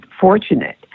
fortunate